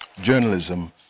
Journalism